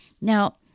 Now